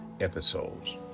episodes